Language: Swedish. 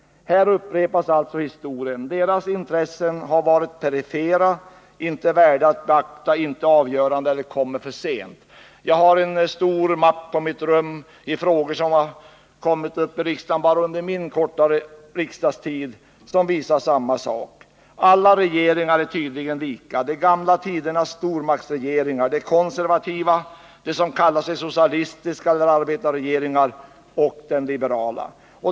Här upprepas alltså historien. Deras intressen har varit perifera, inte värda att beakta, inte avgörande — eller kommer till uttryck för sent. Jag haren tjock mapp på mitt rum över frågor som har kommit upp i riksdagen bara under min korta riksdagstid och som visar samma sak. Alla regeringar är tydligen lika — gamla tiders stormaktsregeringar, de konservativa, de som kallat sig socialistiska eller arbetarregeringar, och även de liberala.